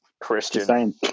Christian